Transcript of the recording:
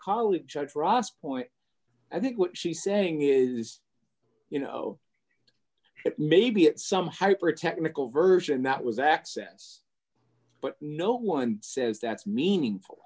colleague judge ross point i think what she's saying is you know maybe at some hyper technical version that was accents but no one says that's meaningful